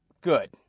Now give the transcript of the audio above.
Good